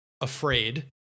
afraid